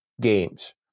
games